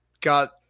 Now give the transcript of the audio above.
got –